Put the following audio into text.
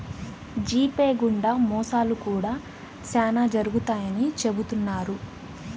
GPay గుండా మోసాలు కూడా శ్యానా జరుగుతాయని చెబుతున్నారు